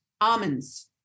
almonds